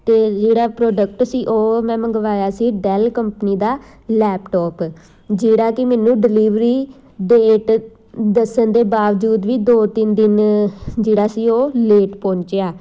ਅਤੇ ਜਿਹੜਾ ਪ੍ਰੋਡਕਟ ਸੀ ਉਹ ਮੈਂ ਮੰਗਵਾਇਆ ਸੀ ਡੈੱਲ ਕੰਪਨੀ ਦਾ ਲੈਪਟੋਪ ਜਿਹੜਾ ਕਿ ਮੈਨੂੰ ਡਿਲੀਵਰੀ ਡੇਟ ਦੱਸਣ ਦੇ ਬਾਵਜੂਦ ਵੀ ਦੋ ਤਿੰਨ ਦਿਨ ਜਿਹੜਾ ਸੀ ਉਹ ਲੇਟ ਪਹੁੰਚਿਆ